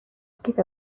کیف